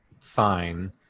fine